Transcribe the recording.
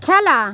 খেলা